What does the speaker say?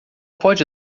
pode